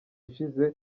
ushize